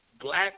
black